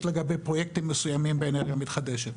לגבי פרויקטים מסוימים באנרגיה מתחדשת.